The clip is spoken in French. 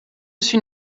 suis